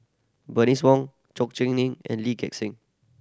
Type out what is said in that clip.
Bernice Wong Chor Eng and Lee Gek Seng